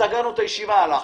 נסגור את הישיבה ונלך.